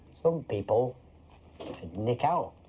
some people could nick out.